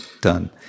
done